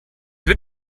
wird